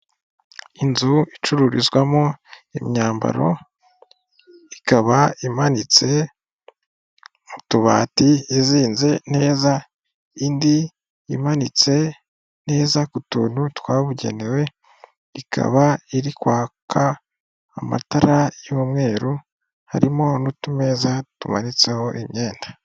Inzu icururizwamo imyambaro ikaba imanitse mu tubati izinze neza, indi imanitse neza ku tuntu twabugenewe ikaba iri kwaka amatara y'umweru harimo n'utumeza tumanitseho imyenda.